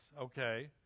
okay